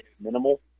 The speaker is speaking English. minimal